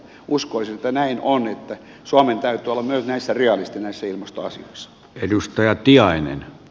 uskoisin että näin on että suomen täytyy olla myös näissä ilmastoasioissa realisti